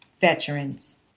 veterans